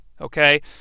okay